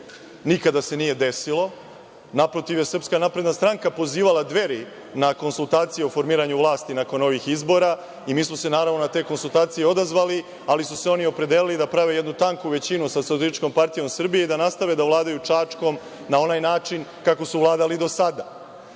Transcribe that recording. Nikada se nije desilo. Naprotiv je SNS pozivala Dveri na konsultaciju o formiranju vlasti nakon ovih izbora i mi smo se, naravno, na te konsultacije odazvali, ali su se oni opredelili i da prave jednu tanku većinu sa SPS i da nastave da vladaju Čačkom na onaj način kako su vladali i do sada.